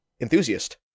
enthusiast